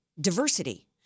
diversity